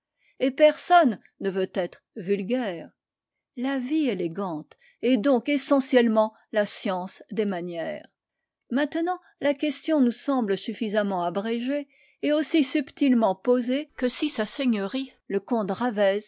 et personne ne veut être vulgaire la vie élégante est donc essentiellement la science des manières maintenant la question nous semble suffisamment abrégée et aussi subtilement posée que si s s le